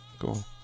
cool